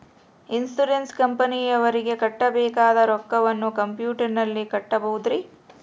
Insurance ಕಂಪನಿಯವರಿಗೆ ಕಟ್ಟಬೇಕಾದ ರೊಕ್ಕವನ್ನು ಕಂಪ್ಯೂಟರನಲ್ಲಿ ಕಟ್ಟಬಹುದ್ರಿ?